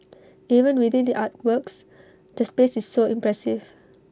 even without the artworks the space is so impressive